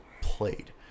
played